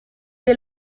dès